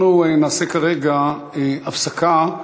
אנחנו נעשה כרגע הפסקה.